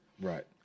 Right